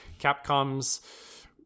Capcom's